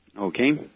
Okay